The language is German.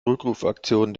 rückrufaktion